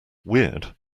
weird